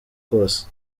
kose